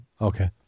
Okay